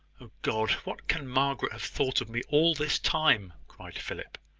oh god! what can margaret have thought of me all this time? cried philip.